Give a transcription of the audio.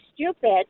stupid